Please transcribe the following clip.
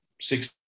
six